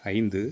ஐந்து